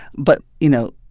but, you know,